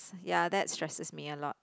ya that stresses me a lot